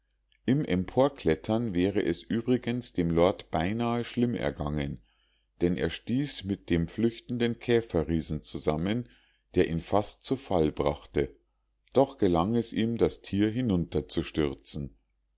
im emporklettern wäre es übrigens dem lord beinahe schlimm ergangen denn er stieß mit dem flüchtenden käferriesen zusammen der ihn fast zu fall brachte doch gelang es ihm das tier hinunterzustürzen ein